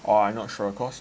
orh I not sure cause